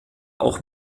auch